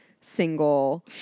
single